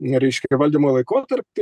nereiškia valdymo laikotarpiu